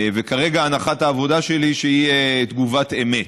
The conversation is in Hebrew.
וכרגע הנחת העבודה שלי היא שהיא תגובת אמת.